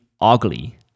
ugly